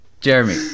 Jeremy